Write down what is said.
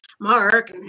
Mark